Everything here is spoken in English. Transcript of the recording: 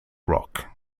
rock